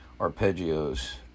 arpeggios